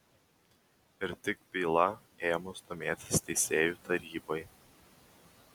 ir tik byla ėmus domėtis teisėjų tarybai